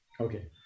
Okay